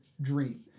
Dream